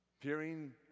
Peering